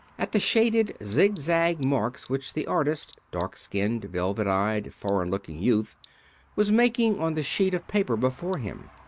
at the shaded, zigzag marks which the artist dark-skinned, velvet-eyed, foreign-looking youth was making on the sheet of paper before him.